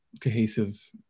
cohesive